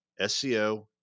SEO